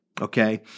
Okay